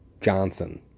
Johnson